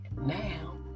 Now